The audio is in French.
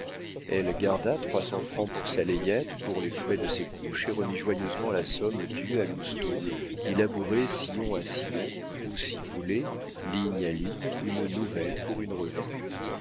elle garda trois cents francs pour sa layette pour les frais de ses couches et remit joyeusement la somme due à lousteau qui labourait sillon à sillon ou si vous voulez ligne à ligne une nouvelle pour une revue